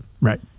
right